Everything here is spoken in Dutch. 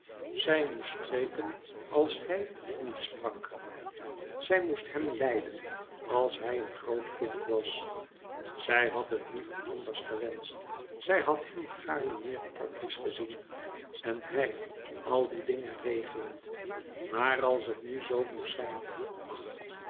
zij moest spreken als hij niet sprak zij moest hem leiden als hij een groot kind was zij had het liever anders gewenscht zij had hem gaame meer praktiesch gezien en hij al die dingen regelend maar als het nu zoo moest zijn ach